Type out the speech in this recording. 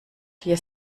vier